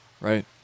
right